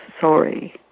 sorry